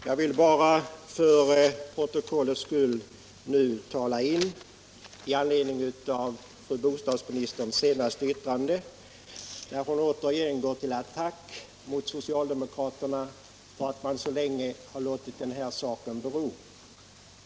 Herr talman! Jag vill tillföra protokollet några ord med anledning av fru bostadsministerns senaste yttrande, där hon återigen gick till attack mot socialdemokraterna för att vi så länge har låtit den här saken bero.